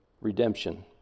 redemption